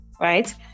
right